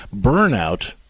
Burnout